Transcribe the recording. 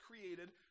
created